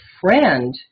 friend